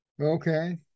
Okay